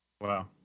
Wow